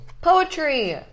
Poetry